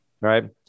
right